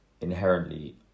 inherently